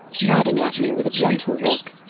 nodding at me with a gentle look,